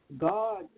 God